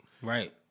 Right